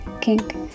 kink